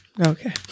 Okay